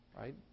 right